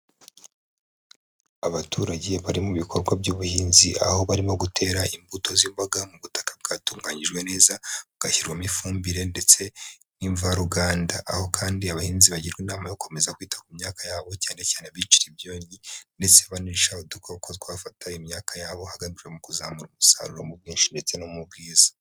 Abaturage bari mu bikorwa by'ubuhinzi aho barimo gutera imbuto z'imboga mu butaka bwatunganyijwe neza bugashyirwamo ifumbire ndetse n'imvaruganda aho kandi abahinzi bagirwa inama yo gukomeza kwita ku myaka yabo cyane cyane abicira ibyonnyi ndetse banesha udukoko twafata imyaka yabo hagajwe mu kuzamura umusaruro mu bwinshi ndetse no mu bwiza.